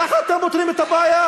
ככה אתם פותרים את הבעיה?